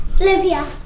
Olivia